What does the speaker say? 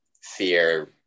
fear